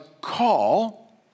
call